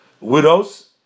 widows